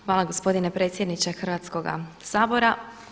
Hvala gospodine predsjedniče Hrvatskoga sabora.